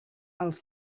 els